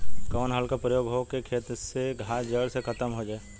कवने हल क प्रयोग हो कि खेत से घास जड़ से खतम हो जाए?